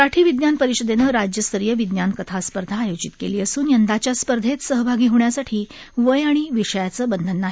मराठी विज्ञान परिषदेनं राज्य स्तरीय विज्ञान कथा स्पर्धा आयोजित केली असून यंदाच्या स्पर्धेत सहभागी होण्यासाठी वय आणि विषयाचं बंधन नाही